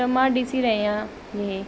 त मां ॾिसी रहिया इहे